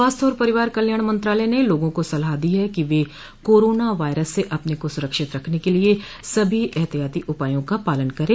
स्वास्थ्य और परिवार कल्याण मंत्रालय ने लोगों को सलाह दी है कि वे कोरोना वायरस से अपने को सुरक्षित रखने के लिए सभी बुनियादी एहतियाती उपायों का पालन करें